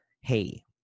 hey